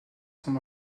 son